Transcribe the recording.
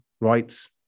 rights